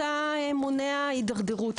אתה מונע הידרדרות.